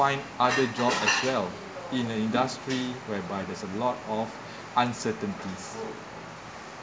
find other jobs as well in an industry whereby there's a lot of uncertainties